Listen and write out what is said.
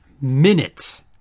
minute